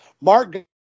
Mark